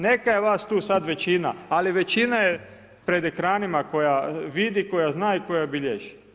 Neka je vas tu sad većina, ali većina je pred ekranima koja vidi, koja zna i koja bilježi.